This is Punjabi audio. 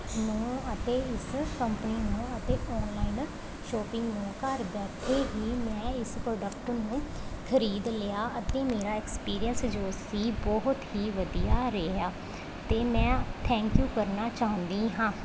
ਨੂੰ ਅਤੇ ਇਸ ਕੰਪਨੀ ਨੂੰ ਅਤੇ ਔਨਲਾਈਨ ਸ਼ੋਪਿੰਗ ਨੂੰ ਘਰ ਬੈਠੇ ਹੀ ਮੈਂ ਇਸ ਪ੍ਰੋਡਕਟ ਨੂੰ ਖਰੀਦ ਲਿਆ ਅਤੇ ਮੇਰਾ ਐਕਸਪੀਰੀਅੰਸ ਜੋ ਸੀ ਬਹੁਤ ਹੀ ਵਧੀਆ ਰਿਹਾ ਅਤੇ ਮੈਂ ਥੈਂਕ ਯੂ ਕਰਨਾ ਚਾਹੁੰਦੀ ਹਾਂ